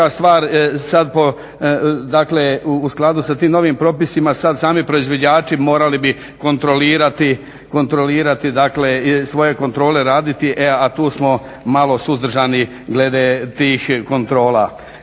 u skladu sa tim novim propisima sad sami proizvođači morali bi kontrolirati dakle i svoje kontrole raditi, a tu smo malo suzdržani glede tih kontrola.